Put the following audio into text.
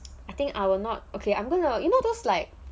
I think I will not okay I don't know you know those like